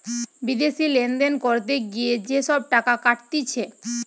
বিদেশি লেনদেন করতে গিয়ে যে সব টাকা কাটতিছে